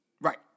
Right